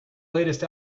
latest